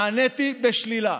נעניתי בשלילה.